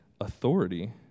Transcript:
authority